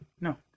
No